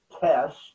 test